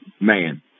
Man